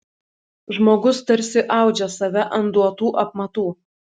žmogus tarsi audžia save ant duotų apmatų